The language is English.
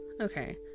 okay